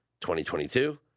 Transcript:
2022